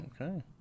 Okay